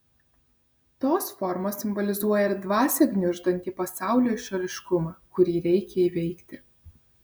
tos formos simbolizuoja ir dvasią gniuždantį pasaulio išoriškumą kurį reikia įveikti